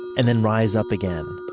and then rise up again.